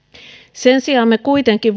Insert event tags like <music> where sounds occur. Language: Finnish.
sen sijaan me kuitenkin <unintelligible>